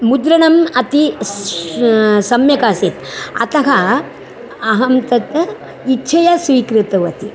मुद्रणम् अति श् सम्यक् आसीत् अतः अहं तत् इच्छया स्वीकृतवती